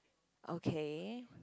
okay